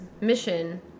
mission